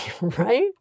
right